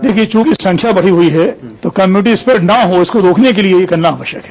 देखिये चूंकि संख्या बढ़ी हुई है तो कम्यूनिटी स्प्रेड न हो उसको रोकने के लिये ये करना आवश्यक है